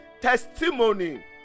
Testimony